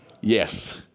Yes